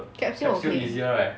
capsule okay